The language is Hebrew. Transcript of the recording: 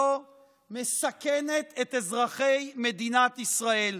מסכנת את אזרחי מדינת ישראל.